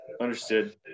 understood